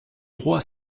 droit